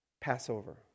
Passover